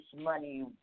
money